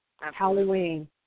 Halloween